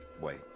Wait